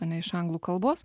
ane iš anglų kalbos